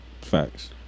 Facts